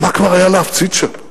מה כבר היה להפציץ שם?